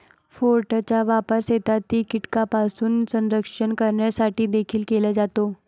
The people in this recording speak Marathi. फोरेटचा वापर शेतातील कीटकांपासून संरक्षण करण्यासाठी देखील केला जातो